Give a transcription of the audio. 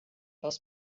aus